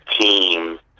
team